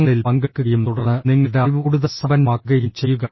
ഫോറങ്ങളിൽ പങ്കെടുക്കുകയും തുടർന്ന് നിങ്ങളുടെ അറിവ് കൂടുതൽ സമ്പന്നമാക്കുകയും ചെയ്യുക